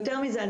יותר מזה,